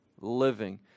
living